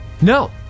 No